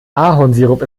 ahornsirup